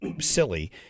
silly